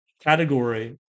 category